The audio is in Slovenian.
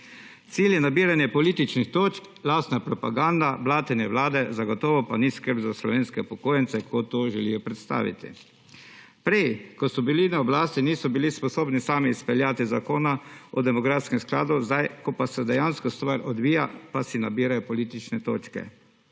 Cilj je nabiranje političnih točk, lastna propaganda, blatenje Vlade, zagotovo pa ni skrb za slovenske upokojence, kot to želijo predstaviti. Prej, ko so bili na oblasti, niso bili sposobni sami izpeljati zakona o demografskem skladu, zdaj ko pa se dejansko stvar odvija, pa si nabirajo politične točke.